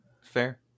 Fair